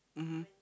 mmhmm